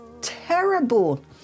terrible